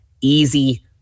easy